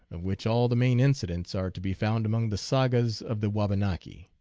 of which all the main incidents are to be found among the sagas of the wabanaki.